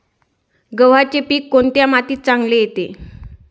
गव्हाचे पीक कोणत्या मातीत चांगले येते?